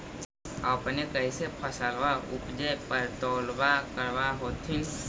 अपने कैसे फसलबा उपजे पर तौलबा करबा होत्थिन?